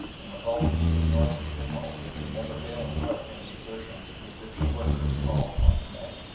and with all the needless noise and tumult that is a never-failing part of any exertion the egyptian worker is called upon to make.